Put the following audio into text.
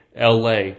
LA